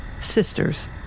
sisters